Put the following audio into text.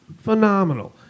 Phenomenal